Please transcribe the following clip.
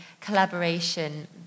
collaboration